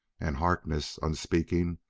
and harkness, unspeaking,